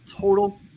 total